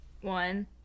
One